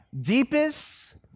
deepest